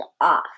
off